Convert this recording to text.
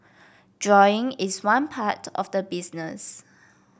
drawing is one part of the business